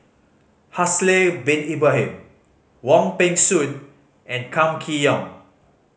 Haslir Bin Ibrahim Wong Peng Soon and Kam Kee Yong